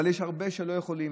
אבל יש הרבה שלא יכולים,